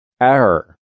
Error